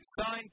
Signed